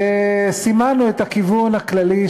וסימנו את הכיוון הכללי,